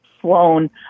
flown